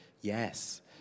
yes